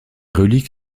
reliques